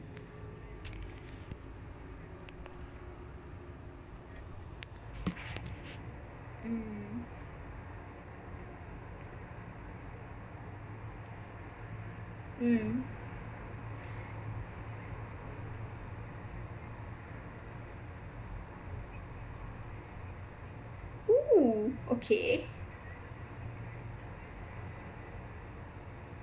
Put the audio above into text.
mm oo okay